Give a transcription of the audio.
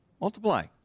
Multiply